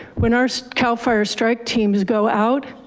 when our so cal fire strike teams go out,